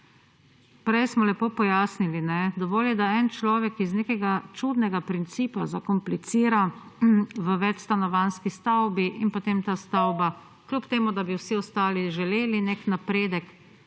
prej smo lepo pojasnili, dovolj je, da en človek iz nekega čudnega principa zakomplicira v večstanovanjski stavbi in potem ta stavba kljub temu, da vsi ostali želeli nek napredek